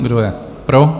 Kdo je pro?